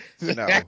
No